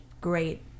great